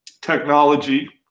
technology